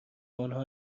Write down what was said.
آنها